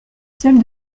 seule